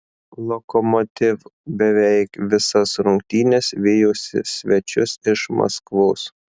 lokomotiv beveik visas rungtynes vijosi svečius iš maskvos